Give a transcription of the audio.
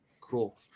cool